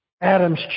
Adam's